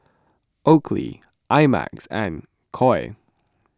Oakley I Max and Koi